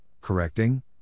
correcting